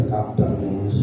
afternoon